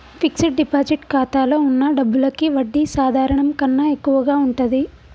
fixed deposit ఖాతాలో వున్న డబ్బులకి వడ్డీ సాధారణం కన్నా ఎక్కువగా ఉంటది